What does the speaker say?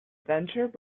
venture